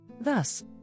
Thus